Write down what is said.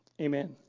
Amen